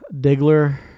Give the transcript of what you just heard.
Diggler